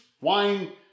wine